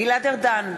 נגד גלעד ארדן,